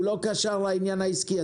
הוא לא קשר לעניין העסקי.